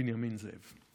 בנימין זאב.